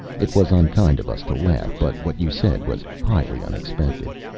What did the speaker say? it was unkind of us to laugh, but what you said was highly unexpected.